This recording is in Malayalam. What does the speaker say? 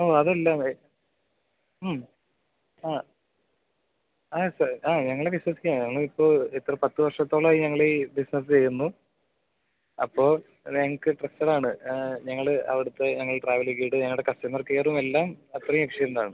ഓ അതെല്ലാവേ ആ ആ സാർ ആ ഞങ്ങളെ വിശ്വസിക്കാം ഞങ്ങളിപ്പോൾ എത്ര പത്ത് വർഷത്തോളമായി ഞങ്ങൾ ഈ ബിസിനസ്സ് ചെയ്യുന്നു അപ്പോൾ ഞങ്ങൾക്ക് ട്രഷറാണ് ഞങ്ങൾ അവിടുത്തെ ഞങ്ങളുടെ ട്രാവൽ ഗൈഡ് കസ്റ്റമർ കെയറും എല്ലാം അത്രയും എഫിഷ്യന്റാണ്